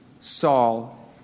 Saul